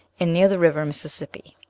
and near the river mississippi.